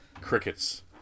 Crickets